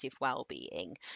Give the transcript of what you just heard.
well-being